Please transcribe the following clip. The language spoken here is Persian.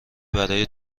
برای